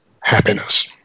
happiness